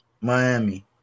Miami